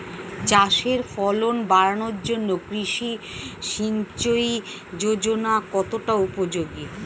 চাষের ফলন বাড়ানোর জন্য কৃষি সিঞ্চয়ী যোজনা কতটা উপযোগী?